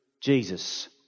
Jesus